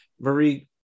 marie